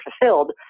fulfilled